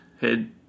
head